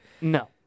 No